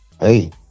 hey